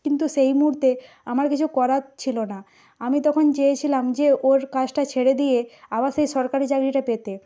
কিন্তু সেই মুহূর্তে আমার কিছু করার ছিল না আমি তখন চেয়েছিলাম যে ওর কাজটা ছেড়ে দিয়ে আবার সেই সরকারি চাকরিটা পেতে